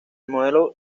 modelo